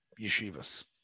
Yeshivas